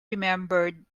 remembered